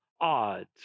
odds